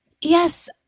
Yes